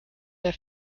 der